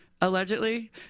Allegedly